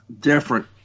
different